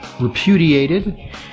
repudiated